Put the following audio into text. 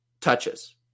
touches